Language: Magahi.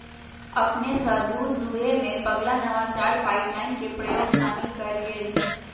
अपने स दूध दूहेमें पगला नवाचार पाइपलाइन के प्रयोग शामिल कएल गेल